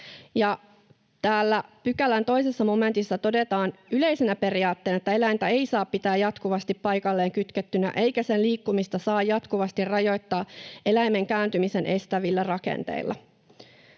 pykälän 2 momentissa todetaan yleisenä periaatteena, että eläintä ei saa pitää jatkuvasti paikalleen kytkettynä eikä sen liikkumista saa jatkuvasti rajoittaa eläimen kääntymisen estävillä rakenteilla.